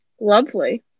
Lovely